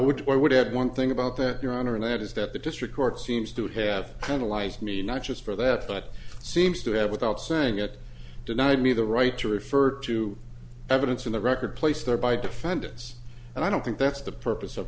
where would have one thing about that your honor and that is that the district court seems to have penalize me not just for that but seems to have without saying it deny me the right to refer to evidence in the record placed there by defendants and i don't think that's the purpose of